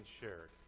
shared